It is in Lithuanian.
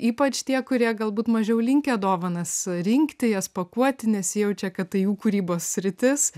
ypač tie kurie galbūt mažiau linkę dovanas rinkti jas pakuoti nesijaučia kad tai jų kūrybos sritis